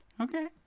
Okay